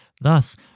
thus